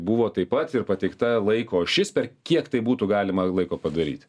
buvo taip pat ir pateikta laiko ašis per kiek tai būtų galima laiko padaryt